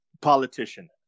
politician